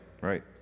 right